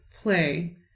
play